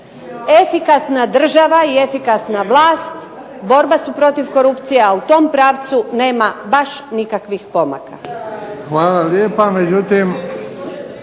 Efikasna država i efikasan vlast borba su protiv korupcije, a u tom pravcu nema baš nikakvih pomaka.